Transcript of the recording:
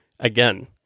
Again